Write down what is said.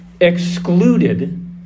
Excluded